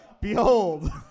Behold